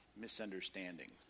misunderstandings